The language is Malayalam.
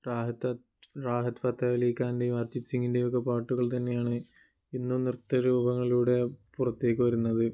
രാഹത്ത് രാഹത്ത് ഫത്തലിഖാൻ്റെയും അർജിത് സിംഗിൻ്റെയൊക്കെ പാട്ടുകൾ തന്നെയാണ് ഇന്നും നൃത്ത രൂപങ്ങളിലൂടെ പുറത്തേക്ക് വരുന്നത്